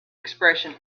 expression